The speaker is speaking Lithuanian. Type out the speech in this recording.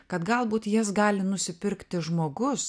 kad galbūt jas gali nusipirkti žmogus